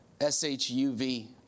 S-H-U-V